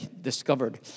discovered